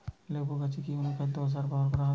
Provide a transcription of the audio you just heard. লেবু গাছে কি অনুখাদ্য ও সার ব্যবহার করা হয়?